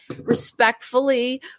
respectfully